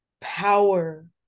power